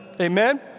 Amen